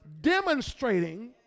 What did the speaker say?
demonstrating